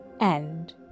End